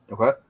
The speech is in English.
okay